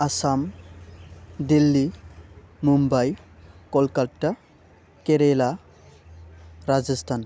Assam Delhi Mumbai Kolkata Kerala Rajasthan